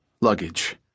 luggage